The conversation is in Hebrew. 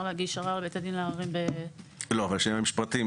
להגיש ערר לבית הדין לעררים --- אבל השאלה אם יש פרטים.